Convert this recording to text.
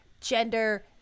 gender